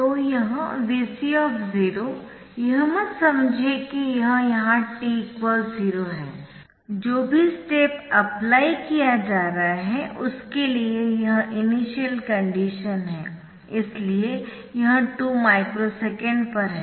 तो यह Vc यह मत समझिए कि यह यहाँ t 0 हैजो भी स्टेप अप्लाई किया जा रहा है उसके लिए यह इनिशियल कंडीशन है इसलिए यह 2 माइक्रो सेकेंड पर है